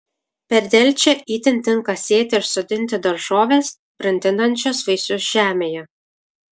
per delčią itin tinka sėti ir sodinti daržoves brandinančias vaisius žemėje